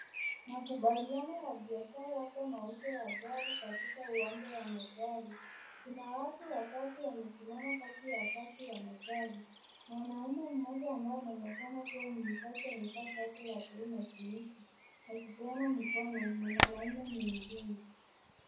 Makubaliano ya biashara labda mauzo ya gari katika uwanja wa magari . Kuna watu watatu wamesimama kati ya safu ya magari. Mwanaume mmoja ambaye anaonekana kuwa muuzaji amevaa shati la bluu na jeans akipeana mkono na mwanaume mwingine.